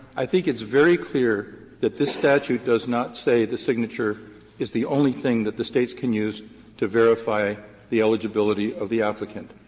i think it's very clear that this statute does not say the signature is the only thing that the states can use to verify the eligibility of the applicant.